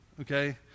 Okay